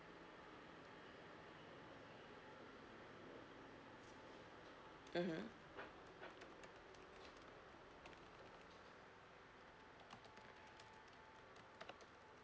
mmhmm